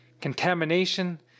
contamination